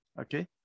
Okay